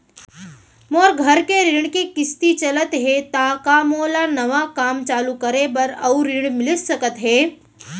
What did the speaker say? मोर घर के ऋण के किसती चलत हे ता का मोला नवा काम चालू करे बर अऊ ऋण मिलिस सकत हे?